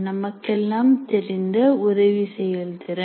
நமக்கெல்லாம் தெரிந்த உதவி செயல்திறன்